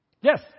Yes